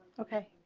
okay